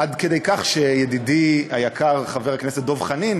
עד כדי כך שידידי היקר חבר הכנסת דב חנין